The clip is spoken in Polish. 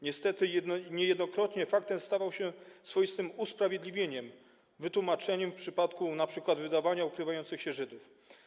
Niestety, niejednokrotnie fakt ten stawał się swoistym usprawiedliwieniem, wytłumaczeniem w przypadku np. wydawania ukrywających się Żydów.